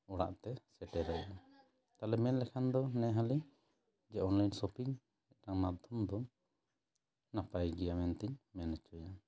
ᱚᱲᱟᱜ ᱛᱮ ᱥᱮᱴᱮᱨᱟᱭᱟ ᱛᱟᱦᱚᱞᱮ ᱢᱮᱱᱞᱮᱠᱷᱟᱱ ᱫᱚ ᱱᱮᱦᱟᱞᱤ ᱚᱱᱞᱟᱭᱤᱱ ᱥᱚᱯᱤᱝ ᱢᱤᱫᱴᱟᱝ ᱢᱟᱫᱽᱫᱷᱚᱢ ᱫᱚ ᱱᱟᱯᱟᱭ ᱜᱮᱭᱟ ᱢᱮᱱᱛᱤᱧ ᱢᱮᱱ ᱚᱪᱚᱭᱟ